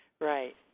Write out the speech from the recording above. Right